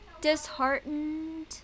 disheartened